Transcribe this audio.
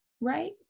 right